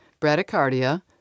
bradycardia